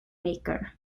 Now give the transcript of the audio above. maker